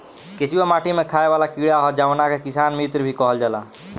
केचुआ माटी में खाएं वाला कीड़ा ह जावना के किसान मित्र भी कहल जाला